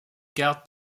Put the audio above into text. garde